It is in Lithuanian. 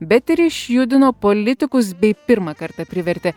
bet ir išjudino politikus bei pirmą kartą privertė